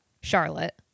charlotte